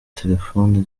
telefoni